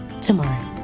tomorrow